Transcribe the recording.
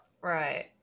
Right